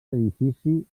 edifici